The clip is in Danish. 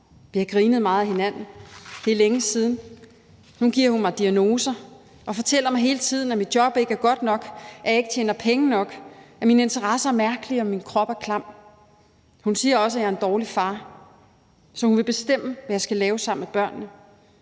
Vi har grinet meget ad hinanden. Det er længe siden. Nu giver hun mig diagnoser og fortæller mig hele tiden, at mit job ikke er godt nok, at jeg ikke tjener penge nok, at mine interesser er mærkelige og min krop er klam. Hun siger også, at jeg er en dårlig far, så hun vil bestemme, hvad jeg skal lave sammen med børnene.